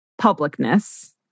publicness